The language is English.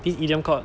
this idiom called